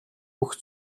бүх